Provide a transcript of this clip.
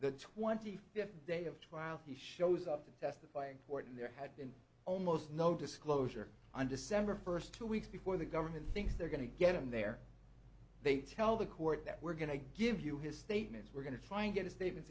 the twenty fifth day of trial he shows up to testify in court and there had been almost no disclosure on december first two weeks before the government thinks they're going to get him there they tell the court that we're going to give you his statements we're going to try and get a statement